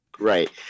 right